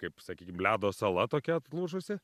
kaip sakykim ledo sala tokia atlūžusi